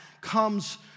comes